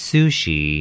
Sushi